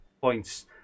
points